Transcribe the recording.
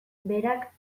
berak